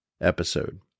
episode